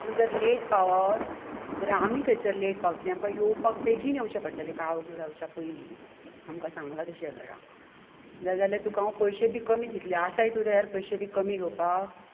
तूं जर लेट पावत जाल्यार आमी थंयसर लेट पावतली आमकां येवपाक आमकां बेगीन येवचे पडटलें काळोख जावच्या पयलीं आमकां सागंल्या तशें घरा ना जाल्यार तुकां हांव पयशे बी कमी दितलें आसाय तूं तयार पयशे बी कमी घेवपाक